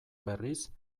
berriz